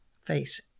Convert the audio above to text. face